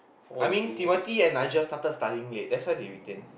I mean Timothy and I just started studying late that's why they retain